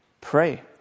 Pray